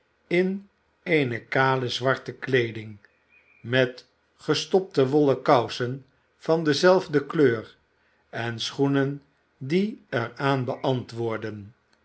in eene kale zwarte kleeding met gestopte wollen kousen van dezelfde kleur en schoenen die er aan beantwoordden